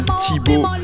Thibaut